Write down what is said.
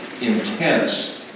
intense